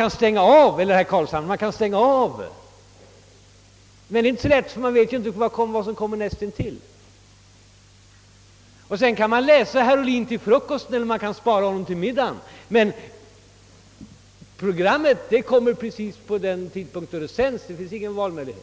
att stänga av TV-apparaten om man t.ex. inte vet vad som kommer alldeles efteråt. Vidare kan man läsa herr Ohlin till frukosten eller spara honom till middagen, men TV-programmet kommer just vid den bestämda sändningstidpunkten — det finns ingen valmöjlighet.